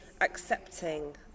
accepting